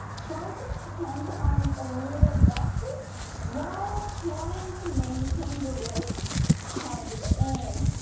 try to send the arms a little backward while trying to maintain the ribs hugged in,